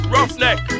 Roughneck